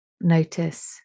Notice